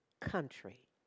country